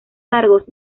cargos